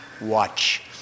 Watch